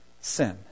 sin